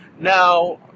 Now